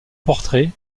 portrait